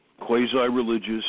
Quasi-religious